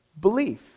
belief